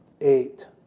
eight